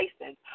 license